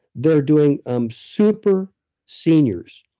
they're doing um super seniors.